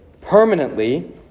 permanently